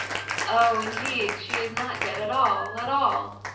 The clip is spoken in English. oh! indeed she is not dead at all, at all.